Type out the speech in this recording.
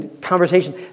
conversation